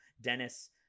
Dennis